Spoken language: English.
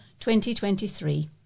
2023